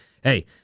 hey